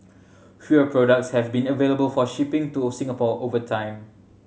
fewer products have been available for shipping to Singapore over time